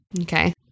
okay